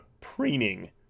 preening